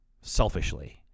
selfishly